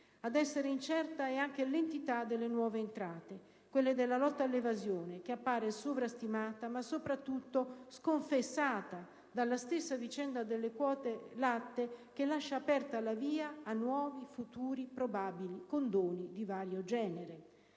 Ad essere incerta è anche l'entità delle nuove entrate, quelle della lotta all'evasione, che appare sovrastimata, ma soprattutto sconfessata dalla stessa vicenda delle quote latte, che lascia aperta la via a nuovi, futuri, probabili condoni di vario genere.